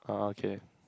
uh okay